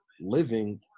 living